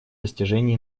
достижении